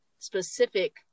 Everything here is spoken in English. specific